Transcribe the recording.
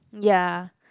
ya